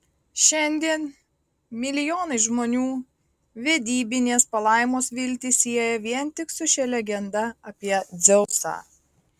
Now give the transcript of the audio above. šiandien milijonai žmonių vedybinės palaimos viltį sieja vien tik su šia legenda apie dzeusą